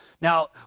Now